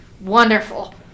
wonderful